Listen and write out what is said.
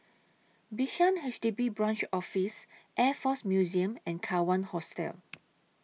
Bishan H D B Branch Office Air Force Museum and Kawan Hostel